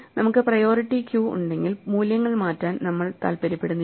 നമുക്ക് priority queue ഉണ്ടെങ്കിൽ മൂല്യങ്ങൾ മാറ്റാൻ നമ്മൾ താൽപ്പര്യപ്പെടുന്നില്ല